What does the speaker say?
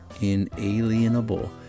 Inalienable